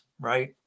right